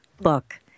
book